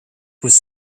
was